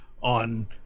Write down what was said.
on